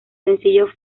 sencillo